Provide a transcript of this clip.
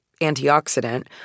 antioxidant